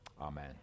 Amen